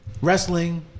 wrestling